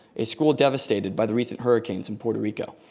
a school devastated by the recent hurricanes in puerto rico.